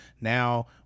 now